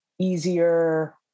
easier